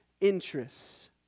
interests